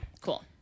Cool